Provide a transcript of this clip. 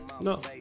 No